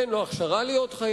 אין לו הכשרה להיות חייל.